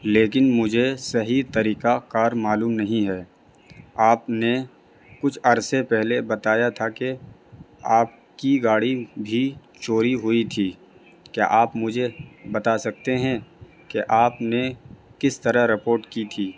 لیکن مجھے صحیح طریقہ کار معلوم نہیں ہے آپ نے کچھ عرصے پہلے بتایا تھا کہ آپ کی گاڑی بھی چوری ہوئی تھی کیا آپ مجھے بتا سکتے ہیں کہ آپ نے کس طرح رپورٹ کی تھی